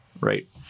right